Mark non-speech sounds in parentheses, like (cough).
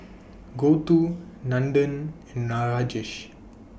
(noise) Gouthu Nandan and (unintelligible) Rajesh